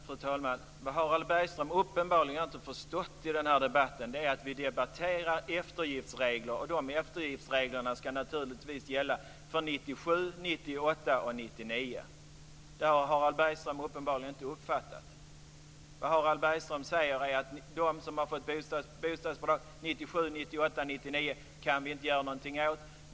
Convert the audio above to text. Fru talman! Vad Harald Bergström uppenbarligen inte har förstått i den här debatten är att vi debatterar eftergiftsregler, och de eftergiftsreglerna skall naturligtvis gälla för 1997, 1998 och 1999. Det har Harald Bergström uppenbarligen inte uppfattat. Vad Harald Bergström säger är att dem som har fått bostadsbidrag 1997, 1998 och 1999 kan vi inte göra något åt.